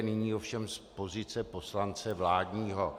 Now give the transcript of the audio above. Nyní ovšem z pozice poslance vládního.